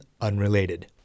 unrelated